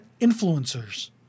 influencers